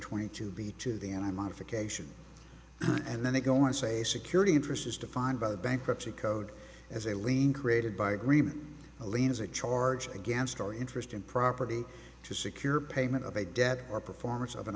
twenty to be to the end i modification and then they go and say security interest is defined by the bankruptcy code as a lien created by agreement liens a charge against our interest in property to secure payment of a debt or performance of an